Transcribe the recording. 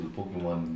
Pokemon